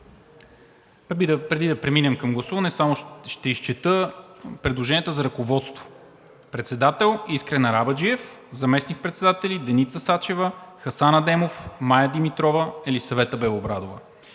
Преди да преминем към гласуване, ще изчета предложенията за ръководство. Председател: Искрен Арабаджиев. Заместник-председатели: Деница Сачева, Хасан Адемов, Мая Димитрова, Елисавета Белобрадова.